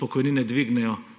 pokojnine dvignejo